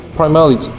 Primarily